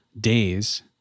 days